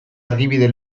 argibide